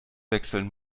wechseln